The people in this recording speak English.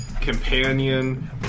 companion